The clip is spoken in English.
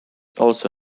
also